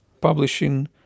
Publishing